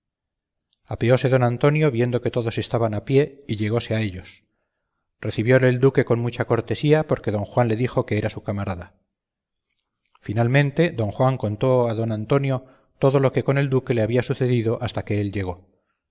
nombre apeóse don antonio viendo que todos estaban a pie y llegóse a ellos recibióle el duque con mucha cortesía porque don juan le dijo que era su camarada finalmente don juan contó a don antonio todo lo que con el duque le había sucedido hasta que él llego